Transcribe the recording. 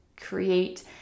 create